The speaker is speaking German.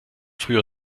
früher